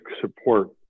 support